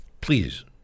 Please